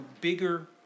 bigger